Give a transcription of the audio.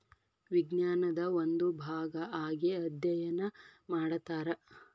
ವಿಜ್ಞಾನದ ಒಂದು ಭಾಗಾ ಆಗಿ ಅದ್ಯಯನಾ ಮಾಡತಾರ